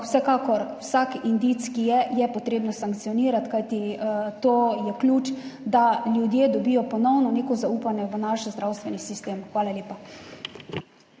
vsekakor je vsak indic, ki je, potrebno sankcionirati, kajti to je ključ, da ljudje dobijo ponovno neko zaupanje v naš zdravstveni sistem. Hvala lepa.